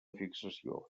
fixació